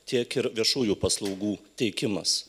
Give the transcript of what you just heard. tiek ir viešųjų paslaugų teikimas